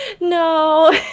No